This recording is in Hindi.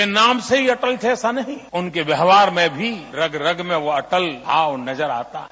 वे नाम से ही अटल थे ऐसा नहीं है उनके व्यवहार में भी रग रग में वह अटल भाव नजर आता है